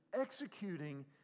executing